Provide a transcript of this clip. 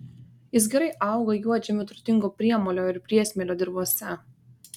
jis gerai auga juodžemiu turtingo priemolio ir priesmėlio dirvose